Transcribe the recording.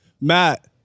Matt